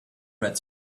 red